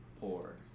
poor